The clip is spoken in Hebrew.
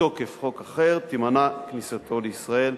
מתוקף חוק אחר, תימנע כניסתו לישראל,